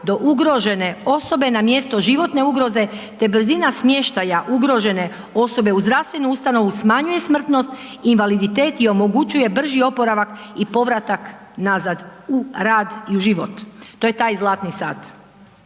do ugrožene osobe na mjesto životne ugroze te brzina smještaja ugrožene osobe u zdravstvenu ustanovu smanjuje smrtnost, invaliditet i omogućuje brži oporavak i povratak nazad u rad i život. To je taj zlatni sat.